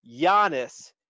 Giannis